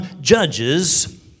judges